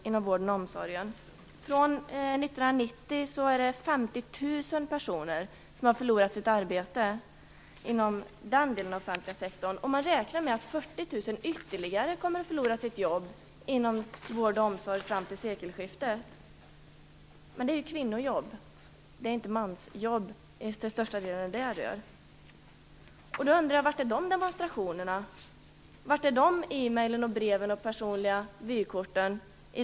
Inom vården och omsorgen är det 50 000 personer som har förlorat sina arbeten sedan 1990, och man räknar med att 40 000 ytterligare kommer att förlora sina jobb inom vård och omsorg fram till sekelskiftet. Men det är inte mansjobb det rör - det är kvinnojobb. Då undrar jag: Var är demonstrationerna för de jobben? Var är de e-breven, breven och personliga vykorten?